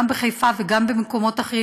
גם בחיפה וגם במקומות אחרים,